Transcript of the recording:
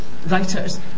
writers